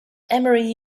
emory